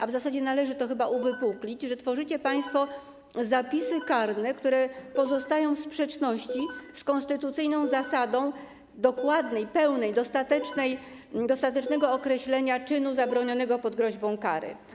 A w zasadzie należy to chyba uwypuklić, że tworzycie państwo zapisy karne, które pozostają w sprzeczności z konstytucyjną zasadą dokładnego, pełnego, dostatecznego określenia czynu zabronionego pod groźbą kary.